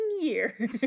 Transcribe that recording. year